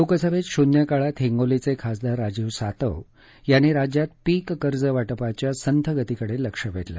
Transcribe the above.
लोकसभेत शून्य काळात हिंगोलीचे खासदार राजीव सातव यांनी राज्यात पीक कर्ज वाटपाच्या संथ गतीकडे लक्ष वेधलं